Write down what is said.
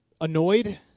annoyed